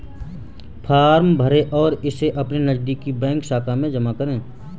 form भरें और इसे अपनी नजदीकी बैंक शाखा में जमा करें